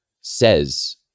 says